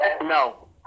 No